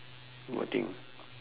what thing